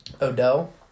Odell